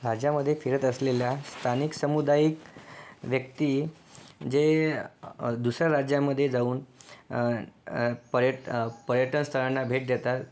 राज्यामध्ये फिरत असलेल्या स्थानिक सामुदायिक व्यक्ती जे दुसऱ्या राज्यामध्ये जाऊन पर्यट पर्यटन स्थळांना भेट देतात